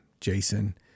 Jason